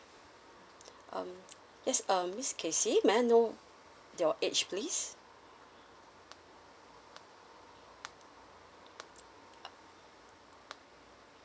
um yes um miss casey may I know your age please